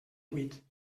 vuit